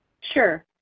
Sure